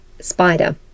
Spider